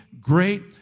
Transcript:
great